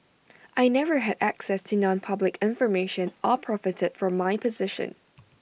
I never had access to nonpublic information or profited from my position